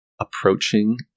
approaching